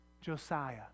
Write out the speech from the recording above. Josiah